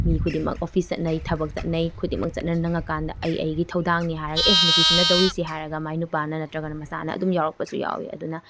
ꯃꯤ ꯈꯨꯗꯤꯡꯃꯛ ꯑꯣꯐꯤꯁ ꯆꯠꯅꯩ ꯊꯕꯛ ꯆꯠꯅꯩ ꯈꯨꯗꯤꯡꯃꯛ ꯆꯠꯅꯅꯤꯡꯉ ꯀꯥꯟꯗ ꯑꯩ ꯑꯩꯒꯤ ꯊꯧꯗꯥꯡꯅꯤ ꯍꯥꯏꯔꯒ ꯑꯦ ꯅꯨꯄꯤꯁꯤꯅ ꯇꯧꯔꯤꯁꯤ ꯍꯥꯏꯔꯒ ꯃꯥꯏ ꯅꯨꯄꯥꯅ ꯅꯠꯇ꯭ꯔꯒꯅ ꯃꯆꯥꯅ ꯑꯗꯨꯝ ꯌꯥꯎꯔꯛꯄꯁꯨ ꯌꯥꯎꯋꯤ ꯑꯗꯨꯅ